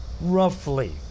roughly